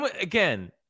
again